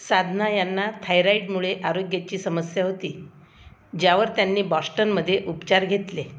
साधना यांना थायरॉईडमुळे आरोग्याची समस्या होती ज्यावर त्यांनी बॉस्टनमध्ये उपचार घेतले